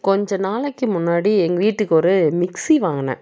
கொஞ்ச நாளைக்கு முன்னாடி எங்கள் வீட்டுக்கு ஒரு மிக்சி வாங்கினேன்